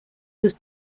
was